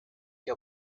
your